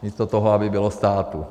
Místo toho, aby bylo státu.